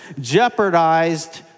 jeopardized